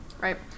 right